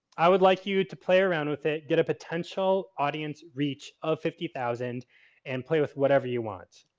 i would like you to play around with it, get a potential audience reach of fifty thousand and play with whatever you want.